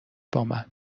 بامن